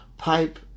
Pipe